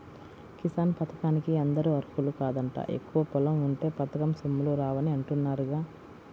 కిసాన్ పథకానికి అందరూ అర్హులు కాదంట, ఎక్కువ పొలం ఉంటే పథకం సొమ్ములు రావని అంటున్నారుగా